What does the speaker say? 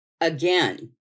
Again